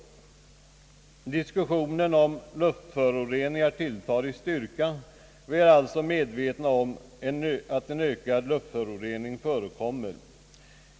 Diskussionen om luftföroreningarna tilltar i styrka, och vi är alla medvetna om att luftföroreningarna blir allt svårare.